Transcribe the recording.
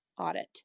audit